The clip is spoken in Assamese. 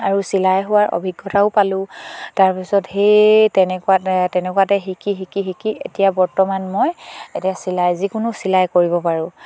আৰু চিলাই হোৱাৰ অভিজ্ঞতাও পালোঁ তাৰপিছত সেই তেনেকুৱাতে তেনেকুৱাতে শিকি শিকি শিকি এতিয়া বৰ্তমান মই এতিয়া চিলাই যিকোনো চিলাই কৰিব পাৰোঁ